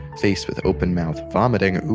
face with open mouth vomiting. ooh,